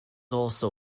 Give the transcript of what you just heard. also